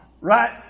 Right